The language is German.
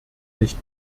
nicht